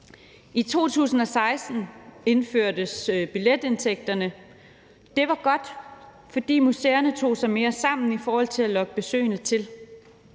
I 2016 indførtes billetindtægterne. Det var godt, fordi museerne tog sig mere sammen i forhold til at lokke besøgende til.